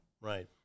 Right